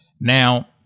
now